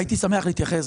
הייתי שמח להתייחס.